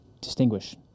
distinguish